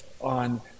on